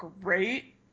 great